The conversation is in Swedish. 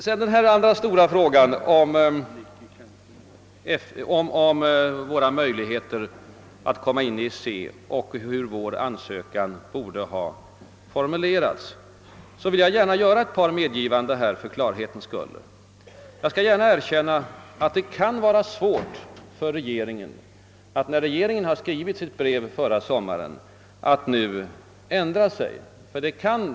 I den andra stora frågan — om våra möjligheter att komma med i EEC och om hur vår ansökan borde ha formulerats — vill jag för klarhetens skull göra ett par medgivanden. Jag skall erkänna att det kan vara svårt för regeringen att nu ändra sig sedan den skrev sitt brev förra sommaren.